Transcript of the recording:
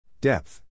Depth